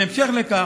בהמשך לכך,